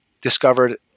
discovered